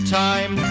time